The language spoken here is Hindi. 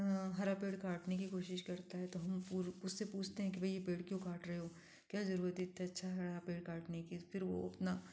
हरा पेड़ काटने की कोशिश करता है तो हम उससे पूछते हैं कि भाई यह पेड़ क्यों काट रहे हो क्या जरूरत है इतना अच्छा हरा पेड़ काटने की फिर वो अपना